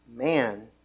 Man